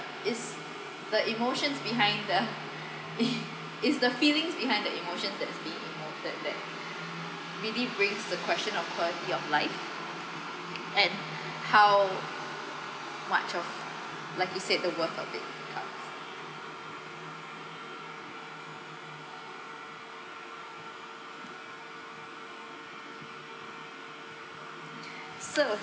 it's the emotions behind the it's the feelings behind the emotion that's being emoted that really brings the question of quality of life and how much of like you said the worth of it cuts so